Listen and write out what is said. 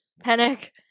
panic